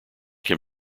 can